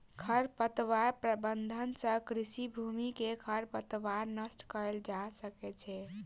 खरपतवार प्रबंधन सँ कृषि भूमि में खरपतवार नष्ट कएल जा सकै छै